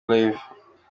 live